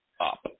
up